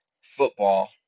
football